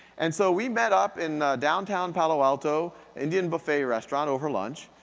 and so, we met up in downtown palo alto, indian buffet restaurant over lunch,